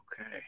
okay